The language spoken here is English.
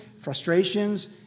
frustrations